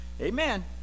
amen